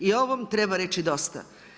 I ovo treba reći dosta.